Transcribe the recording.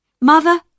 Mother